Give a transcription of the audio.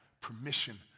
permission